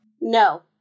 No